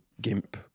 gimp